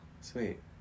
sweet